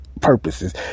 purposes